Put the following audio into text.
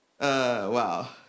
Wow